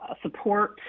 support